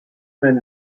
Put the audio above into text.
men